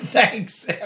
Thanks